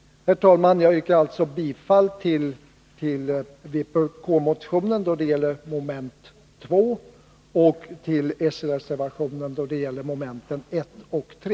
Herr talman! Jag yrkar alltså bifall till vpk-motionen då det gäller moment 2 och till s-reservationen då det gäller momenten 1 och 3.